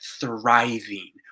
thriving